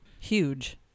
Huge